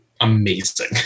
amazing